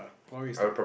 Huawei is like